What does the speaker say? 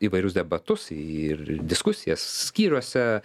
įvairius debatus ir diskusijas skyriuose